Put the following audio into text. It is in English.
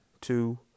two